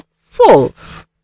false